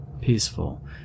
peaceful